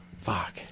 fuck